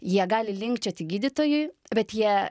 jie gali linkčioti gydytojui bet jie